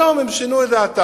היום הם שינו את דעתן.